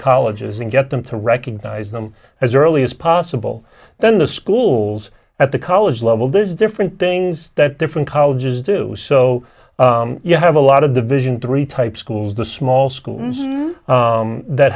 colleges and get them to recognize them as early as possible then the schools at the college level there's different things that different colleges do so you have a lot of division three type schools the small schools that